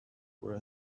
were